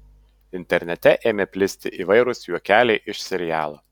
internete ėmė plisti įvairūs juokeliai iš serialo